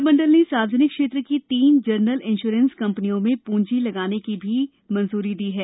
मंत्रिमंडल ने सार्वजनिक क्षेत्र की तीन जनरल इंश्योरेंस कंपनियों में पूंजी लगाने की भी मंजूरी दी है